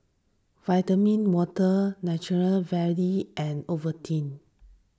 Vitamin Water Natural Valley and Ovaltine